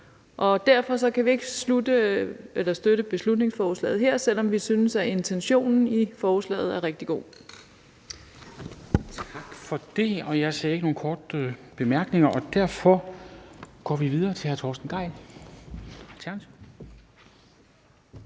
Derfor kan vi ikke støtte beslutningsforslaget her, selv om vi synes, at intentionen i forslaget er rigtig god.